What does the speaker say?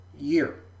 year